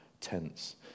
tense